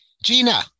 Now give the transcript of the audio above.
Gina